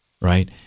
right